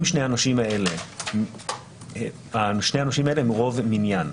אם שני הנושים האלה הם רוב מניין,